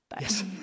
Yes